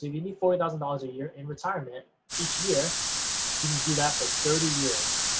you need forty thousand dollars a year in retirement each year, can you do that for thirty years